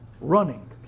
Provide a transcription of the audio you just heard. running